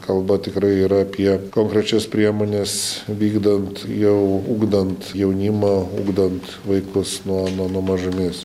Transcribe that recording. kalba tikrai yra apie konkrečias priemones vykdant jau ugdant jaunimą ugdant vaikus nuo nuo mažumės